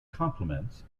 complements